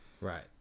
Right